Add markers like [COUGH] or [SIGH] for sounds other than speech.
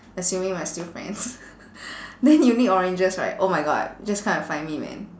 assuming we are still friends [LAUGHS] then you need oranges right oh my god just come and find me man